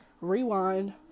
rewind